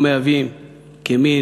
לא מהוות כמין